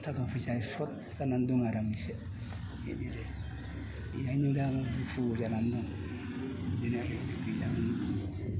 थाखा फैसा सद जानानै दं आरो बेखायनो दा आं खुनि जानानै दं